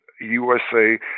USA